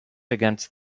against